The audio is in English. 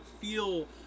feel